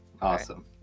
awesome